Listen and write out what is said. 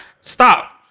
stop